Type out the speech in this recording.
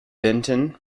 benton